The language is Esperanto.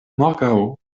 morgaŭ